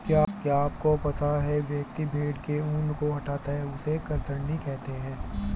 क्या आपको पता है व्यक्ति भेड़ के ऊन को हटाता है उसे कतरनी कहते है?